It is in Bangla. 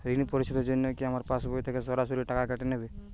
ঋণ পরিশোধের জন্য কি আমার পাশবই থেকে সরাসরি টাকা কেটে নেবে?